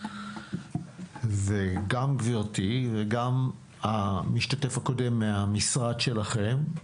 וגם גברתי וגם המשתתף הקודם מהמשרד שלכם,